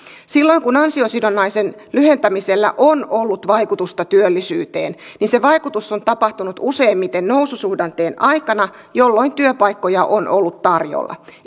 silloin kun ansiosidonnaisen lyhentämisellä on ollut vaikutusta työllisyyteen niin se vaikutus on tapahtunut useimmiten noususuhdanteen aikana jolloin työpaikkoja on ollut tarjolla